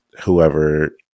whoever